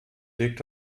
legt